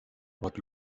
port